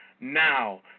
now